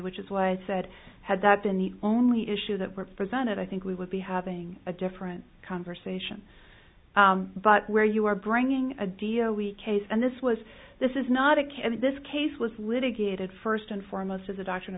which is why i said had that been the only issue that were presented i think we would be having a different conversation but where you are bringing a deal we case and this was this is not a can in this case was litigated first and foremost is a doct